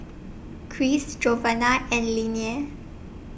Cris Giovanna and Nelia